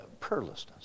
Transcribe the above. prayerlessness